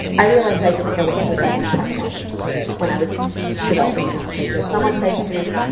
i realized i didn't know what suicidal intent meant when i was developing the nomenclature. if someone said to me,